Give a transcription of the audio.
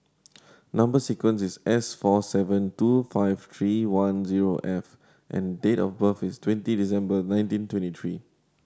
number sequence is S four seven two five tree one zero F and date of birth is twenty December nineteen twenty tree